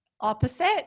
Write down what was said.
opposite